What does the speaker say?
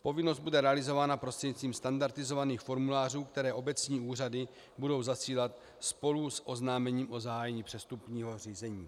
Povinnost bude realizována prostřednictvím standardizovaných formulářů, které obecní úřady budou zasílat spolu s oznámením o zahájení přestupního řízení.